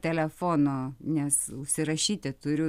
telefono nes užsirašyti turiu